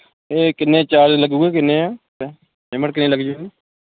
ਇਹ ਕਿੰਨੇ ਚਾਰਜਿਸ ਲੱਗਣਗੇ ਕਿੰਨੇ ਹੈ ਪੇ ਪੇਅਮੈਂਟ ਕਿੰਨੀ ਲੱਗ ਜੂਗੀ